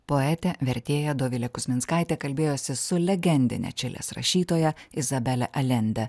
poetė vertėja dovilė kuzminskaitė kalbėjosi su legendine čilės rašytoja izabele alende